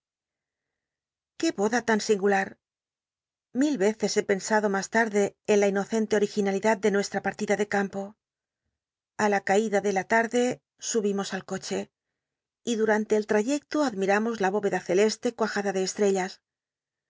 qué boda tan si ngulat mil y eccs he pensado mas tarde en la inocente ol'iginalidad de nucslta pa rtida de campo a la caida de la larde subimos al coche y dutanle el ltareclo admiramos la bóreda celeste cuajada de estrellas